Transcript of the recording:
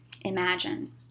imagine